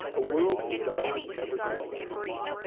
a world that darwin never could've imagined.